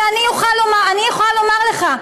כי אני יכולה לומר לך: